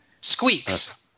Squeaks